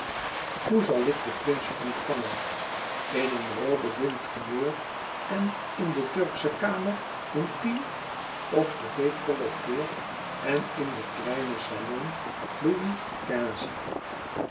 hoe zal ik den prins ontvangen in een robe d intérieur en in de turksche kamer intiem of gedecolleteerd en in den kleinen salon